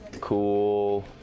cool